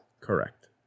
Correct